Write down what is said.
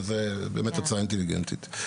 שזאת באמת הצעה אינטליגנטית.